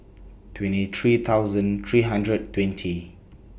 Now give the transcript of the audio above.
twenty three thousand three hundred and twenty